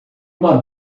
uma